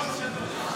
לך.